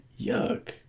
yuck